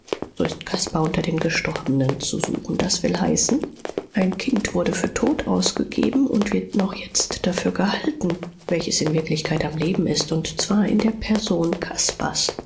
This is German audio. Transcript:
so ist caspar unter den gestorbenen zu suchen das will heißen ein kind wurde für tot ausgegeben und wird noch jetzt dafür gehalten welches in wirklichkeit am leben ist und zwar in der person caspars